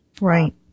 Right